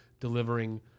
delivering